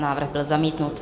Návrh byl zamítnut.